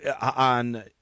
on